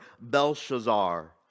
Belshazzar